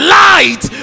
light